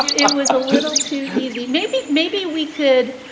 it was a little too easy. maybe maybe we could.